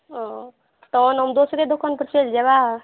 ओ तहन हम दोसरे दोकानपर चलि जेबै